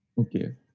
Okay